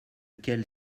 quelle